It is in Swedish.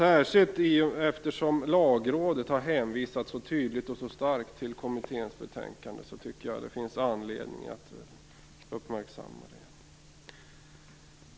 Särskilt eftersom Lagrådet har hänvisat så tydligt och så starkt till kommitténs betänkande tycker jag att det finns anledning att uppmärksamma det.